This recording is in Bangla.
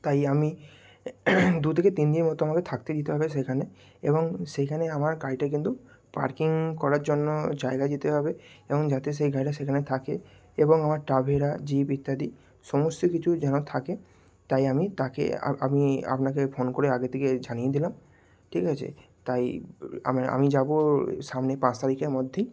তাই আমি দু থেকে তিন দিন মতো আমাকে থাকতে দিতে হবে সেখানে এবং সেইখানে আমার গাড়িটা কিন্তু পার্কিং করার জন্য জায়গা দিতে হবে এবং যাতে সেই গাড়িটা সেখানে থাকে এবং আমার টাভেরা জিপ ইত্যাদি সমস্ত কিছু যেন থাকে তাই আমি তাকে আমি আপনাকে ফোন করে আগে থেকে জানিয়ে দিলাম ঠিক আছে তাই আমি যাবো সামনে পাঁচ তারিখের মধ্যেই